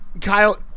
Kyle